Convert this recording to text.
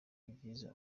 byiza